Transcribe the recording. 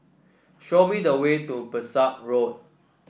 show me the way to Pesek Road